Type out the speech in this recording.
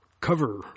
cover